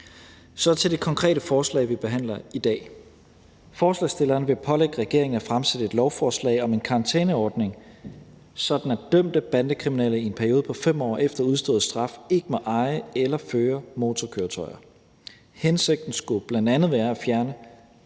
Så til det konkrete forslag, vi behandler i dag: Forslagsstillerne vil pålægge regeringen at fremsætte et lovforslag om et karantæneordning, sådan at dømte bandekriminelle i en periode på 5 år efter udstået straf ikke må eje eller føre motorkøretøjer. Hensigten skulle bl.a. være at fjerne